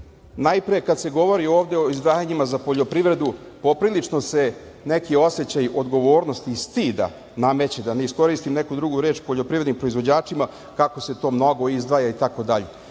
Najpre, kada se govori ovde o izdvajanjima za poljoprivredu, poprilično se neki osećaj odgovornosti i stida nameće, da ne iskoristim neku drugu reč, poljoprivrednim proizvođačima kako se to mnogo izdvaja itd.